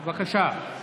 בבקשה.